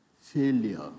failure